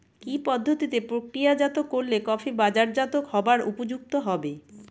কি পদ্ধতিতে প্রক্রিয়াজাত করলে কফি বাজারজাত হবার উপযুক্ত হবে?